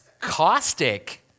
caustic